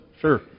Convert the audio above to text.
Sure